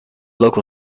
local